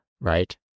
right